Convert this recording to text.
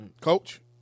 Coach